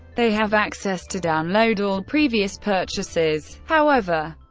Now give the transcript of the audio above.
they have access to download all previous purchases however,